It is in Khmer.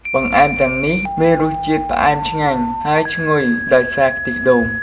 បង្អែមទាំងនេះមានរសជាតិផ្អែមឆ្ងាញ់ ហើយឈ្ងុយដោយសារខ្ទិះដូង។